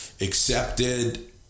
accepted